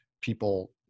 people